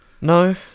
no